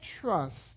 trust